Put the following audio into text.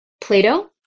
Plato